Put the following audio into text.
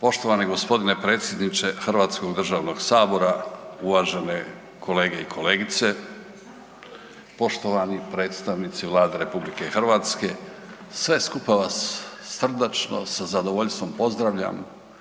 Poštovani g. predsjedniče Hrvatskog državnog sabora, uvažene kolege i kolegice, poštovani predstavnici Vlade RH, sve skupa vas srdačno sa zadovoljstvom pozdravljam,